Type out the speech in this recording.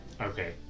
Okay